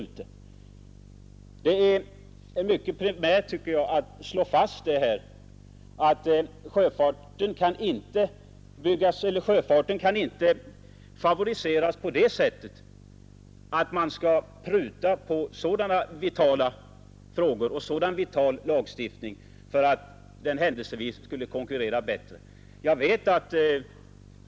Jag tycker det är primärt att slå fast att sjöfarten inte kan favoriseras genom att man prutar på lagstiftningen i vitala frågor för att kunna konkurrera bättre med andra länder.